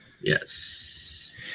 Yes